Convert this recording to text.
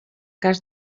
cas